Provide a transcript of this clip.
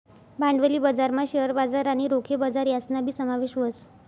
भांडवली बजारमा शेअर बजार आणि रोखे बजार यासनाबी समावेश व्हस